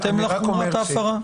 בהתאם לחומרת ההפרה.